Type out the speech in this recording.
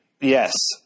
Yes